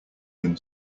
than